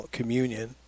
communion